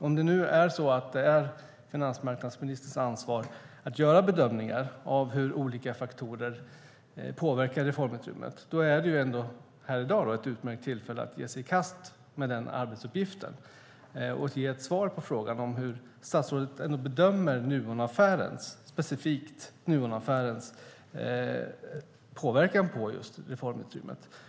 Om det nu är finansmarknadsministerns ansvar att göra bedömningar av hur olika faktorer påverkar reformutrymmet har han i dag ett utmärkt tillfälle att ge sig i kast med den arbetsuppgiften och ge ett svar på frågan om statsrådet bedömer specifikt Nuonaffärens påverkan på reformutrymmet.